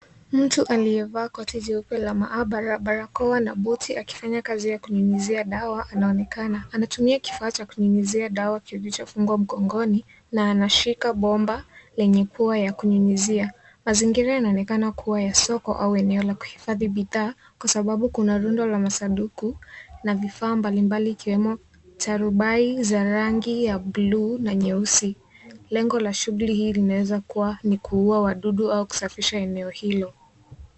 Mtu aliyevaa koti jeupe la maabara, barakoa, na buti akifanya kazi ya kunyunyizia dawa anaonekana. Anatumia kifaa cha kunyunyizia dawa kilichofungwa mgongoni, na anashika bomba lenye pua ya kunyunyizia. Mazingira yanaonekana kuwa ya soko au eneo la kuhifadhi bidhaa, kwa sababu kuna rundo la masaduku, na vifaa mbalimbali ikiwemo tarubai za rangi ya bluu, na nyeusi. Lengo la shughuli hii linaweza kuwa ni kuua wadudu au kusafisha eneo hilo.